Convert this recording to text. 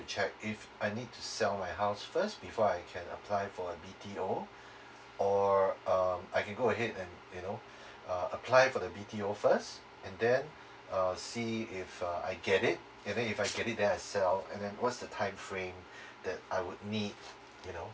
to check if I need to sell my house first before I can apply for a B_T_O or um I can go ahead and you know uh apply for the B_T_O first and then uh see if uh I get it and then if I get it then I sell and then what's the time frame that I would need you know